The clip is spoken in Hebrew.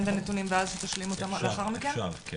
את הנתונים ואז שתשלים אותם מאוחר יותר?